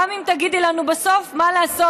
גם אם תגידי לנו בסוף: מה לעשות,